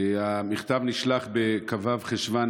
המכתב נשלח בכ"ו חשוון,